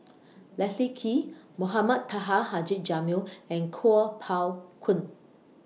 Leslie Kee Mohamed Taha Haji Jamil and Kuo Pao Kun